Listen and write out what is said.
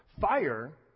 Fire